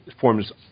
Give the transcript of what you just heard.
forms